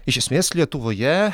iš esmės lietuvoje